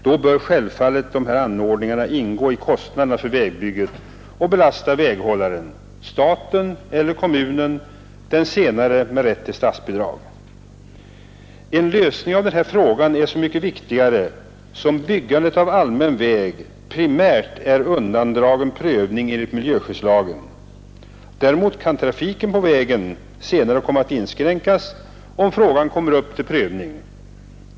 Dessa anordningar bör självfallet ingå i kostnaderna för vägbyggandet och belasta väghållaren, staten eller kommunen, den senare med rätt till statsbidrag. En lösning av denna fråga är så mycket viktigare som byggande av allmän väg primärt är undandragen prövning enligt miljöskyddslagen. Däremot kan trafiken på vägen senare komma att inskränkas, om frågan kommer upp till prövning.